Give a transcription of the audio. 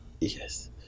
Yes